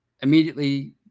immediately